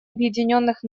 объединенных